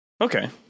Okay